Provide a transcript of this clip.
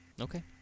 Okay